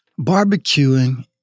Barbecuing